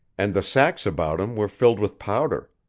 and the sacks about him were filled with powder.